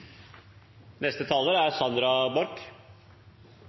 Neste talar er